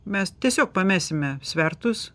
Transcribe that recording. mes tiesiog pamesime svertus